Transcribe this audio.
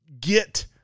Get